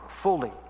fully